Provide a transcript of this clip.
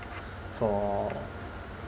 for